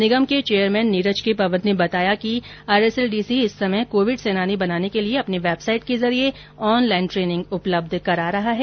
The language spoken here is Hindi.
निगम के चेयरमैन नीरज के पवन ने बताया कि आरएसएलडीसी इस समय कोविड सेनानी बनाने के लिए अपनी वेबसाइट के जरिए ऑनलाइन ट्रेनिंग उपलब्ध करा रहा है